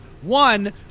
One